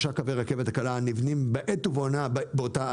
3 קווי הרכבת הקלה נבנים בעת ובעונה אחת בעיר.